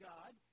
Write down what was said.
God